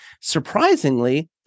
Surprisingly